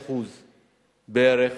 85% בערך